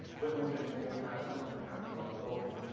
we're always going to want to have something that happens after login.